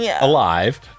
alive